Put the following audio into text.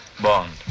Bond